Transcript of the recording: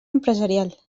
empresarial